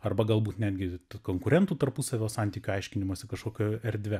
arba galbūt netgi konkurentų tarpusavio santykių aiškinimosi kažkokia erdve